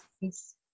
Yes